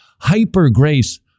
Hypergrace